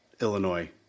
Illinois